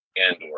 Andor